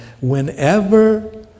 whenever